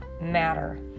matter